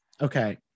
okay